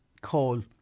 coal